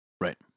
Right